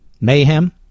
mayhem